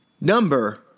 Number